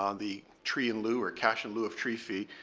um the tree in lieu or cash in lieu of tree fee.